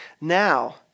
Now